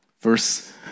Verse